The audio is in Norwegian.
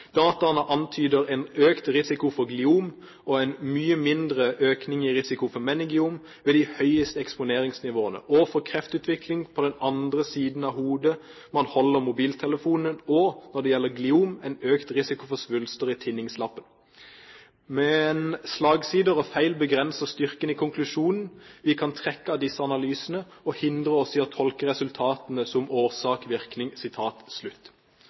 en mye mindre økning i risiko for meningeom, ved de høyeste eksponeringsnivåene, og for kreftutvikling på den siden av hodet man holder mobilen, og – når det gjelder gliom – en økt risiko for svulster i tinningslappen. Men slagsider og feil begrenser styrken i konklusjonen vi kan trekke av disse analysene, og hindrer oss i å tolke resultatene som